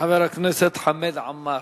חבר הכנסת חמד עמאר.